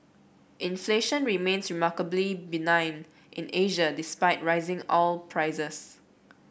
inflation remains remarkably benign in Asia despite rising oil prices